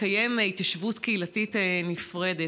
לקיים התיישבות קהילתית נפרדת,